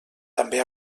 també